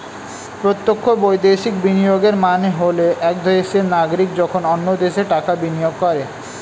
প্রত্যক্ষ বৈদেশিক বিনিয়োগের মানে হল এক দেশের নাগরিক যখন অন্য দেশে টাকা বিনিয়োগ করে